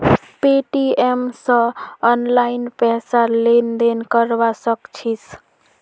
Paytm स online पैसार लेन देन करवा सक छिस